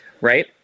Right